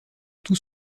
tout